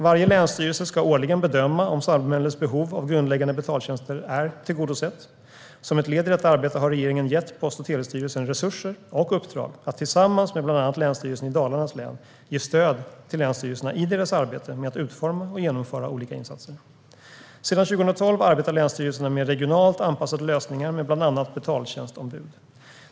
Varje länsstyrelse ska årligen bedöma om samhällets behov av grundläggande betaltjänster är tillgodosett. Som ett led i detta arbete har regeringen gett Post och telestyrelsen resurser och uppdraget att, tillsammans med bland annat Länsstyrelsen i Dalarnas län, ge stöd till länsstyrelserna i deras arbete med att utforma och genomföra olika insatser. Sedan 2012 arbetar länsstyrelserna med regionalt anpassade lösningar med bland annat betaltjänstombud.